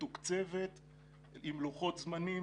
מתוקצבת עם לוחות זמנים.